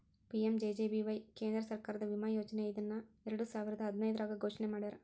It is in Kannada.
ಪಿ.ಎಂ.ಜೆ.ಜೆ.ಬಿ.ವಾಯ್ ಕೇಂದ್ರ ಸರ್ಕಾರದ ವಿಮಾ ಯೋಜನೆ ಇದನ್ನ ಎರಡುಸಾವಿರದ್ ಹದಿನೈದ್ರಾಗ್ ಘೋಷಣೆ ಮಾಡ್ಯಾರ